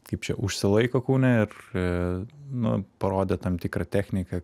kaip čia užsilaiko kūne ir nu parodė tam tikrą techniką